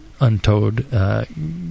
untowed